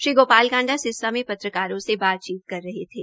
श्री गोपाल कांडा सिरसा में पत्रकारों से बातचीत कर रहे थे